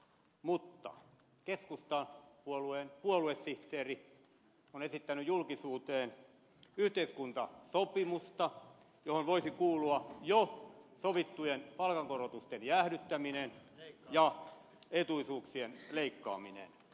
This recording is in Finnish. mutta keskustapuolueen puoluesihteeri on esittänyt julkisuuteen yhteiskuntasopimusta johon voisi kuulua jo sovittujen palkankorotusten jäädyttäminen ja etuisuuksien leikkaaminen